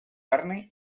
carne